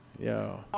Yo